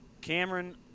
cameron